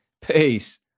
Peace